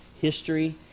history